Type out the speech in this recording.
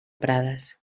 prades